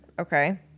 Okay